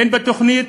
אין תוכנית